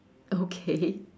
okay